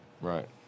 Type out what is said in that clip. Right